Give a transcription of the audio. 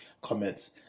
comments